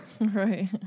Right